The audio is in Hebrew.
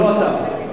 לא אתה.